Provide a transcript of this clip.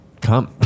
come